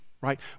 right